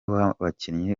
w’abakinnyi